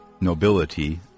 nobility